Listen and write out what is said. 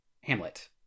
hamlet